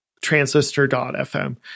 Transistor.fm